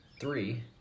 three